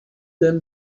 them